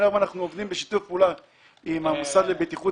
היום אנחנו עובדים בשיתוף פעולה עם המוסד לבטיחות